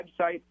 website